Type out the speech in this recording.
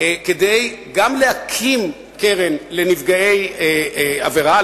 גם להקים קרן לנפגעי עבירה,